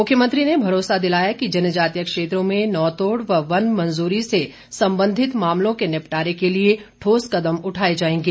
मुख्यमंत्री ने भरोसा दिलाया कि जनजातीय क्षेत्रों में नौतोड़ व वन मंजूरी से संबंधित मामलों के निपटारे के लिए ठोस कदम उठाए जाएंगे